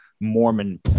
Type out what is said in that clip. Mormon